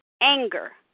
anger